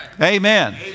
Amen